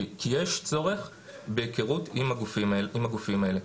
כי יש צורך בהיכרות עם הגופים האלה.